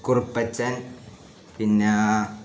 കുറുപ്പച്ചൻ പിന്നെ